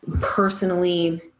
personally